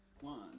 One